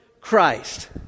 Christ